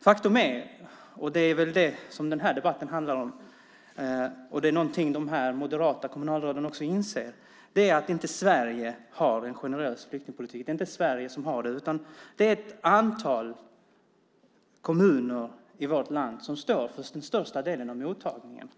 Faktum är - det är väl det som den här debatten handlar om, och det är något som de här moderata kommunalråden också inser - att Sverige inte har en generös flyktingpolitik. Det är inte Sverige som har det, utan det är ett antal kommuner i vårt land som står för den största delen av mottagningen.